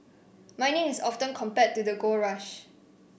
mining is often compared to the gold rush